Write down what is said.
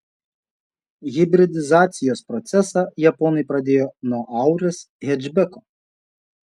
hibridizacijos procesą japonai pradėjo nuo auris hečbeko